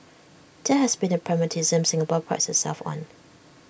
that has been the pragmatism Singapore prides itself on